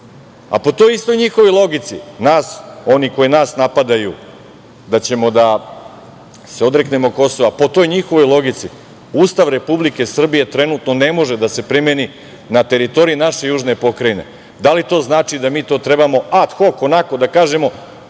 toj istoj njihovoj logici, oni koji nas napadaju da ćemo da se odreknemo Kosova i Metohije, po toj njihovoj logici Ustav Republike Srbije trenutno ne može da se primeni na teritoriji naše južne pokrajine. Da li to znači da mi to trebamo ad hok, onako da kažemo,